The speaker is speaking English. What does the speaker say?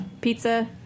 pizza